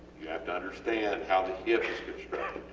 you have to understand how the hips construct,